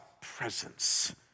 presence